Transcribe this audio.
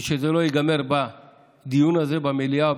ושזה לא ייגמר בדיון הזה במליאה,